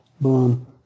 boom